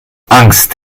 angst